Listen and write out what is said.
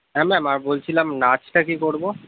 হ্যাঁ ম্যাম আর বলছিলাম নাচটা কী করব